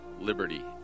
liberty